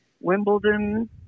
Wimbledon